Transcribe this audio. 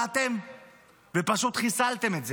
באתם ופשוט חיסלתם את זה.